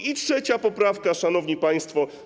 I trzecia poprawka, szanowni państwo.